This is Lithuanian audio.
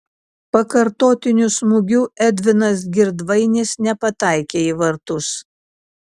pakartotiniu smūgiu edvinas girdvainis nepataikė į vartus